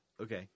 Okay